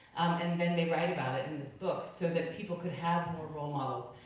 and then they write about it and in this book so that people could have more role models.